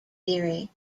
theory